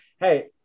Hey